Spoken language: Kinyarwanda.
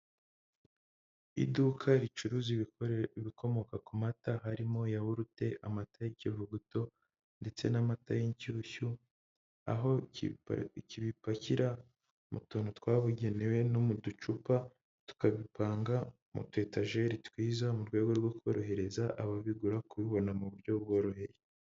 Iduka ricuruza ibikomoka ku mata, harimo yahurute, amata y'ikivuguto ndetse n'amata y'inshyushyu, aho kibipakira mu tuntu twabugenewe, no mu ducupa tukabipanga mutu etajeri twiza mu rwego rwo korohereza ababigura kubibona mu buryo bworoheye.